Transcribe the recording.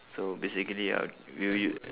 so basically I would we'll u~